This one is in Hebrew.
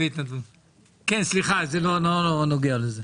כן, סליחה, זה לא נוגע לזה.